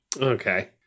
Okay